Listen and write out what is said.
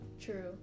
True